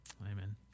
Amen